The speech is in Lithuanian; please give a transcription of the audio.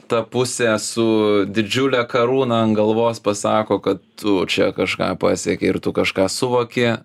ta pusė su didžiule karūna ant galvos pasako kad tu čia kažką pasiekei ir tu kažką suvoki